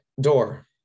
door